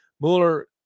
Mueller